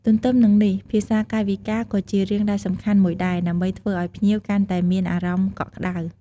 ទន្ទឹមនឹងនេះ ភាសាកាយវិការ ក៏ជារឿងដែលសំខាន់មួយដែរ ដើម្បីធ្វើឲ្យភ្ញៀវកាន់តែមានអារម្មណ៍កក់ក្តៅ។